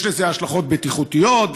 יש לזה השלכות בטיחותיות,